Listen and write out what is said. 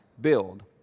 build